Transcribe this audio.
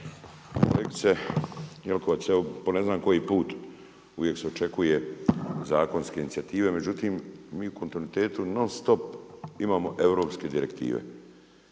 Kolegice Jelkovac, evo po ne znam koji put uvijek se očekuje zakonske inicijative, međutim mi u kontinuitetu non stop imamo europske direktive